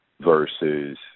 versus